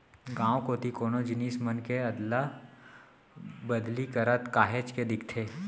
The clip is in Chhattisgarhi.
गाँव कोती कोनो जिनिस मन के अदला बदली करत काहेच के दिखथे